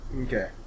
Okay